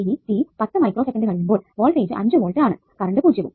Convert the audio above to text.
ഇനി t 10 microsecond കഴിയുമ്പോൾ voltage 5 volt ആണ് കറണ്ട് പൂജ്യവും